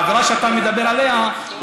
העבירה שאתה מדבר עליה,